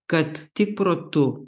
kad tik protu